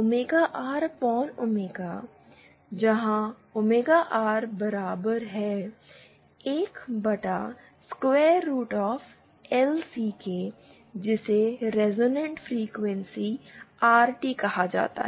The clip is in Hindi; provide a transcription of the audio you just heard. ओमेगा आर बटा ओमेगा जहां ओमेगा आर बराबर है 1 बटा स्क्वायर रूट एल सी जिसे रिजोनेंट फ्रीक्वेंसी आर टी कहा जाता है